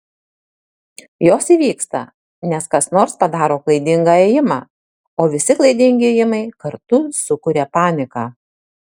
jos įvyksta nes kas nors padaro klaidingą ėjimą o visi klaidingi ėjimai kartu sukuria paniką